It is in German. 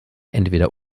entweder